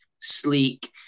sleek